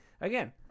Again